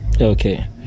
Okay